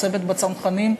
הצוות בצנחנים,